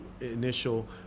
initial